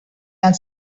and